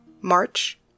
March